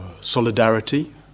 solidarity